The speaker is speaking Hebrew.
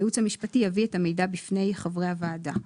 הייעוץ המשפטי יביא את המידע בפני חברי הוועדה.